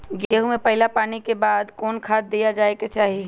गेंहू में पहिला पानी के बाद कौन खाद दिया के चाही?